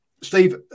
Steve